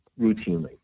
routinely